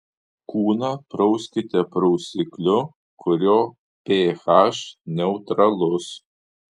kūną prauskite prausikliu kurio ph neutralus